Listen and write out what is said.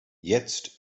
jetzt